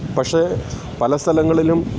പക്ഷേ പല സ്ഥലങ്ങളിലും